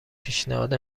پیشنهاد